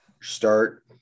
start